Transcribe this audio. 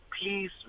please